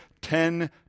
ten